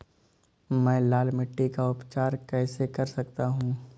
मैं लाल मिट्टी का उपचार कैसे कर सकता हूँ?